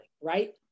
right